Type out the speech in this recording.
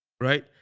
Right